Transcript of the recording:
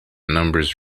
numbers